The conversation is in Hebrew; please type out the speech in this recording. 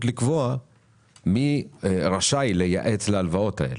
לקבוע מי רשאי לייעץ להלוואות האלו.